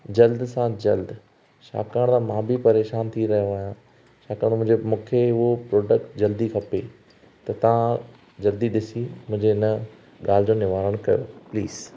जल्द सां जल्द छाकाणि त मां बि परेशान थी रहियो आहियां छाकाणि मुंहिंजे मूंखे उहो प्रोडक्ट जल्दी खपे त तव्हां जल्दी ॾिसी मुंहिंजे हिन ॻाल्हि जो निवारण कयो प्लीस